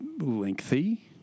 lengthy